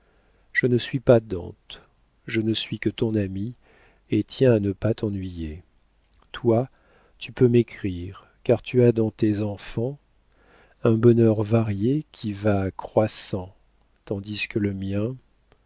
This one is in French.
je ne suis pas dante je ne suis que ton amie et tiens à ne pas t'ennuyer toi tu peux m'écrire car tu as dans tes enfants un bonheur varié qui va croissant tandis que le mien